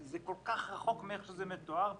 זה כל כך רחוק מאיך שזה מתואר פה.